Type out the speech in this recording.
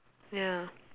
ya